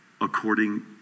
according